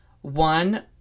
one